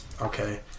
Okay